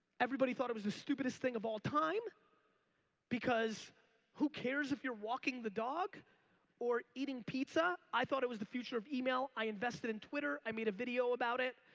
everybody thought was the stupidest thing of all time because who cares if you're walking the dog or eating pizza. i thought it was the future of email. i invested in twitter. i made a video about it.